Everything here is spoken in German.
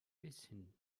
bisschen